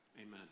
Amen